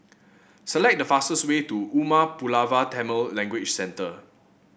select the fastest way to Umar Pulavar Tamil Language Centre